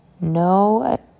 no